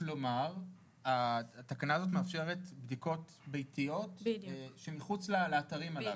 כלומר התקנה הזו מאפשרת בדיקות ביתיות שמחוץ לאתרים הללו.